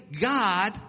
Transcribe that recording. God